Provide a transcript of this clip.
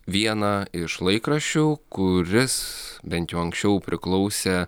vieną iš laikraščių kuris bent jau anksčiau priklausė